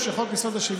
רואה מה חסר.